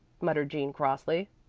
muttered jean crossly.